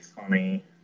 funny